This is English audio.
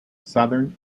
southern